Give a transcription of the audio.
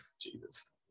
Jesus